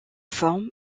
formes